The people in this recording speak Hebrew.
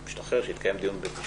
כשישתחרר, יתקיים דיון בבית משפט.